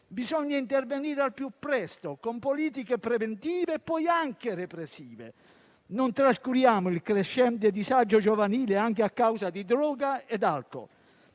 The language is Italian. bisogna intervenire al più presto con politiche preventive e poi anche repressive. Non trascuriamo il crescente disagio giovanile, anche a causa di droga e alcol.